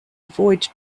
avoid